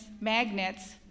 magnets